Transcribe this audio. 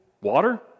water